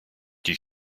die